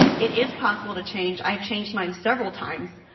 it is possible to change, i've changed mine several times.